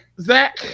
Zach